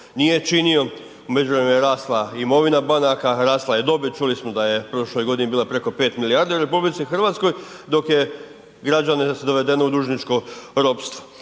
nije činio. U međuvremenu je rasla imovina banaka, rasla je dobit, čuli smo da je prošle godine bila preko 5 milijardi u RH, dok je građane dovedeno u dužničko ropstvo